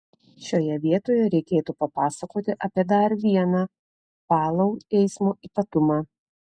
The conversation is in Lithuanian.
šioje vietoje reikėtų papasakoti apie dar vieną palau eismo ypatumą